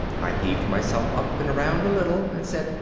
i heaved myself up and around a little and said,